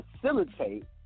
facilitate